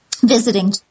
Visiting